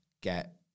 get